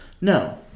No